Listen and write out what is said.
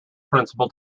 principal